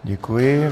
Děkuji.